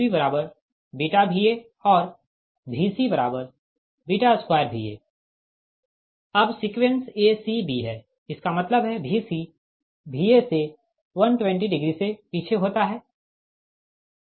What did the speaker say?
अब sequence a c b है इसका मतलब है Vc Va से 120 डिग्री से पीछे होता है